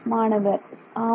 மாணவர் ஆம்